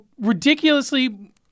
ridiculously